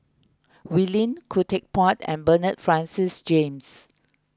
Wee Lin Khoo Teck Puat and Bernard Francis James